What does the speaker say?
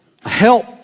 help